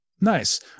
Nice